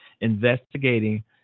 investigating